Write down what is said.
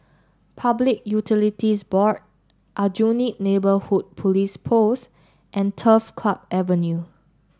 Public Utilities Board Aljunied Neighbourhood Police Post and Turf Club Avenue